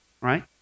Right